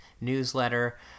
newsletter